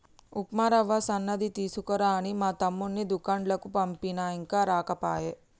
ఉప్మా రవ్వ సన్నది తీసుకురా అని మా తమ్ముణ్ణి దూకండ్లకు పంపిన ఇంకా రాకపాయె